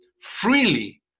freely